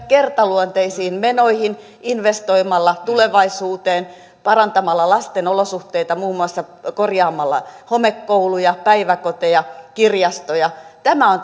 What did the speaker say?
kertaluonteisiin menoihin investoimalla tulevaisuuteen parantamalla lasten olosuhteita muun muassa korjaamalla homekouluja päiväkoteja kirjastoja tämä on